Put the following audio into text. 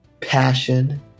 passion